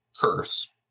curse